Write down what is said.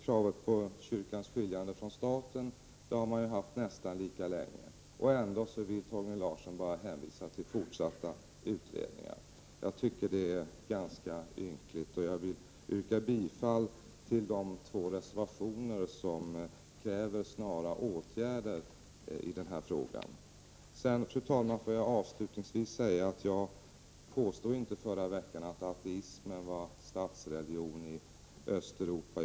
Kravet på kyrkans skiljande från staten har man haft nästan lika länge. Ändå vill Torgny Larsson bara hänvisa till fortsatta utredningar. Jag tycker att det är ganska ynkligt. Jag vill yrka bifall till de två reservationer som kräver snara åtgärder i denna fråga. Fru talman! Får jag avslutningsvis säga att jag inte påstod förra veckan att ateismen var statsreligion i Östeuropa.